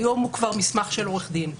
היום הוא כבר מסמך של עורך דין,